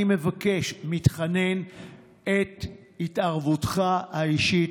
אני מבקש, מתחנן להתערבותך האישית.